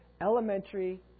elementary